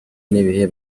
n’ibihe